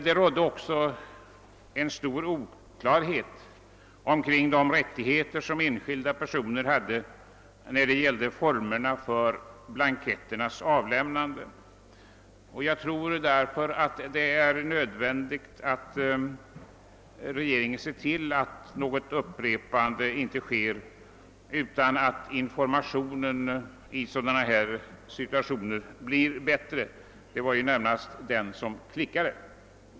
Det rådde också stor oklarhet beträffande enskilda personers rättigheter när det gällde formerna för blanketternas avlämnande. Jag tror därför att det är nödvändigt att regeringen ser till att något upprepande inte sker utan att informationen i sådana här situationer blir bättre. Det var ju närmast den som klickade.